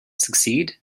succeed